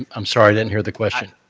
i'm sorry. i didn't hear the question.